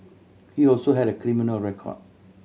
he also had a criminal record